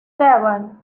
seven